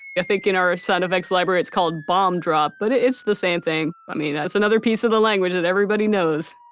i think in our ah sound effects library it's called bomb drop, but it's the same thing. i mean it's another piece of the language that everybody knows